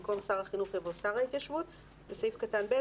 במקום "שר החינוך" יבוא "שר ההתיישבות"; (2)בסעיף קטן (ב),